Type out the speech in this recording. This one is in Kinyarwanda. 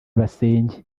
basenge